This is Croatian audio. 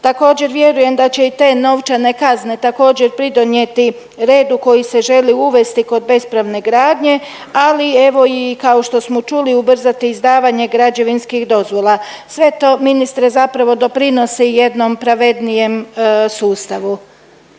Također vjerujem da će i te novčane kazne također pridonijeti redu koji se želi uvesti kod bespravne gradnje, ali evo i kao što smo čuli ubrzati izdavanje građevinskih dozvola. Sve to ministre zapravo doprinosi jednom pravednijem sustavu.